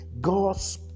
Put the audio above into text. God's